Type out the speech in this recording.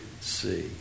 see